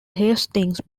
hastings